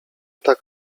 tak